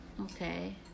okay